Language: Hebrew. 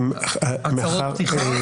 עם הצהרות פתיחה?